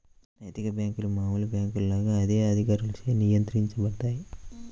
నైతిక బ్యేంకులు మామూలు బ్యేంకుల లాగా అదే అధికారులచే నియంత్రించబడతాయి